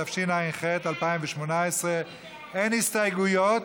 התשע"ח 2018. אין הסתייגויות.